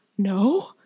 No